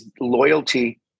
loyalty